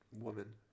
woman